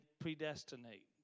predestinate